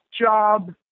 job